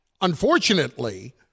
unfortunately